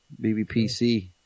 BBPC